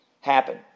happen